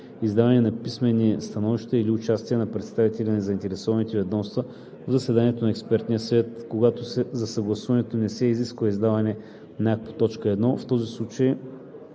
издаване на писмени становища или участие на представители на заинтересувани ведомства в заседанието на експертния съвет, когато за съгласуването не се изисква издаване на акт по т.